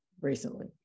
recently